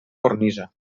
cornisa